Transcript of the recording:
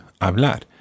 hablar